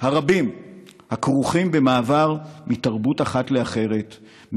הרבים הכרוכים במעבר מתרבות אחת לאחרת,